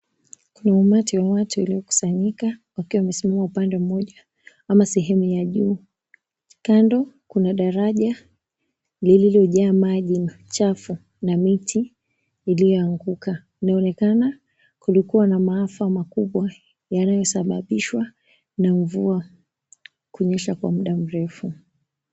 Kuna umati wa watu uliokusanyika, upande mmoja ama sehemu ya juu. Kando kuna daraja lililojaa maji machafu, na miti iliyoanguka. Inaonekana kulikuwa na maafa makubwa, yanayosababishwa na mvua kunyesha kwa muda mrefu.